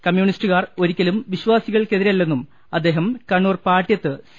കമ്യൂണിസ്റ്റുകാർ ഒരിക്കലും വിശ്വാസികൾക്കെ തിരല്ലെന്നും അദ്ദേഹം കണ്ണൂർ പാട്യത്ത് സി